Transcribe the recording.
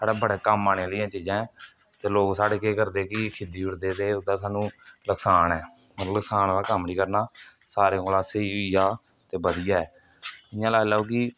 साढ़े बड़ै कम्म आने आहली चीजां ना ते लोक साढ़े केह् करदे कि खिद्धी ओड़दे ते ओहदा सानूं नकसान ऐ मतलब नुक्सान आह्ला कम्म नेईं करना सारे कोला स्हेई होई जा ते बधिया ऐ इ'यां लाई लैओ कि